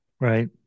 Right